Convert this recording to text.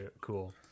cool